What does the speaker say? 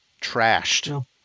Trashed